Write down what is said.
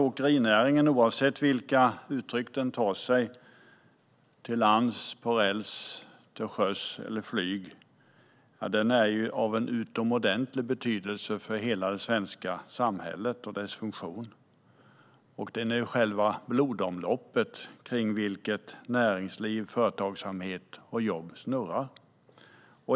Åkerinäringen, oavsett vilka uttryck den tar sig - till lands, på räls, till sjöss eller med flyg - är av utomordentligt stor betydelse för hela det svenska samhället och dess funktion. Den är själva blodomloppet för näringsliv, företagsamhet och jobb.